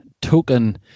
token